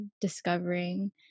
discovering